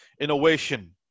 innovation